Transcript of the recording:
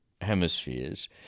hemispheres